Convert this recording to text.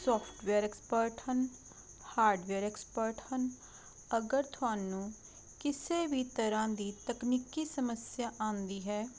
software expert ਹਨ hardware expert ਹਨ ਅਗਰ ਤੁਹਾਨੂੰ ਕਿਸੇ ਵੀ ਤਰ੍ਹਾਂ ਦੀ ਤਕਨੀਕੀ ਸਮੱਸਿਆ ਆਉਂਦੀ ਹੈ